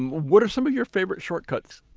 what are some of your favorite shortcuts?